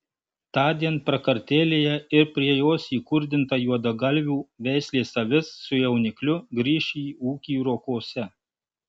tądien prakartėlė ir prie jos įkurdinta juodagalvių veislės avis su jaunikliu grįš į ūkį rokuose